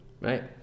Right